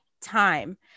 time